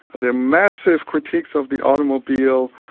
the massive critiques of the automobile,